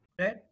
Right